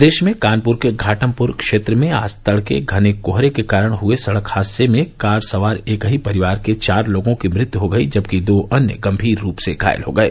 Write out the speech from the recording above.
प्रदेश में कानपुर के घाटमपुर क्षेत्र में आज तड़के घने कोहरे के कारण हुये सड़क हादसे में कार सवार एक ही परिवार के चार लोगों की मृत्यु हो गयी जबकि दो अन्य गंभीर रूप से घायल हो गये